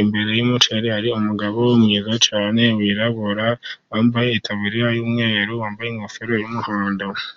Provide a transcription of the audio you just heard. Imbere y'umuceri hari umugabo mwiza cyane wirabura, wambaye itaburiya y'umweru, wambaye ingofero y'umuhondo.